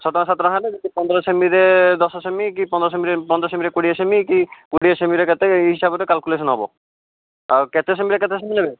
ଛଅ ଟଙ୍କା ସାତ ଟଙ୍କା ହେଲେ ଯଦି ପନ୍ଦର ସେମିରେ ଦଶ ସେମି କି ପନ୍ଦର ସେମିରେ ପନ୍ଦର ସେମିରେ କୋଡ଼ିଏ ସେମି କି କୋଡ଼ିଏ ସେମିରେ କେତେ ଏଇ ହିସାବରେ କାଲକୁଲେସନ ହେବ ଆଉ କେତେ ସେମିରେ କେତେ ସେମି ନେବେ